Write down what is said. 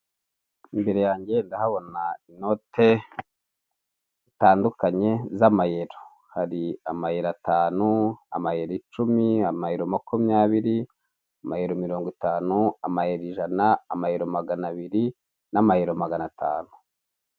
Mu kibuga cyigishirizwamo gutwara amapikipiki, umupolisi umwe azamuye ikiganza yereka mugenzi we uri hakurya. Hari utwaye ipikipiki uri kurebana n'uyu mupolisi.